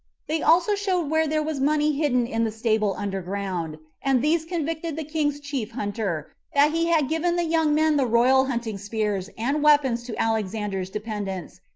they also showed where there was money hidden in the stable under ground and these convicted the king's chief hunter, that he had given the young men the royal hunting spears and weapons to alexander's dependents,